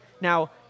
Now